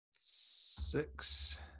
six